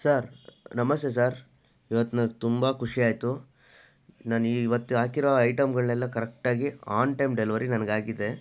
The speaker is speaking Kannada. ಸರ್ ನಮಸ್ತೆ ಸರ್ ಇವತ್ತು ನಂಗೆ ತುಂಬ ಖುಷಿಯಾಯಿತು ನನಗೆ ಇವತ್ತು ಹಾಕಿರೋ ಐಟಮ್ಗಳನ್ನೆಲ್ಲ ಕರೆಕ್ಟಾಗಿ ಆನ್ ಟೈಮ್ ಡೆಲ್ವರಿ ನನಗಾಗಿದೆ